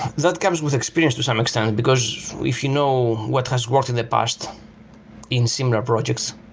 that comes with experience to some extent, because if you know what has worked in the past in similar projects,